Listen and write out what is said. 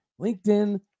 LinkedIn